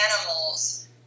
animals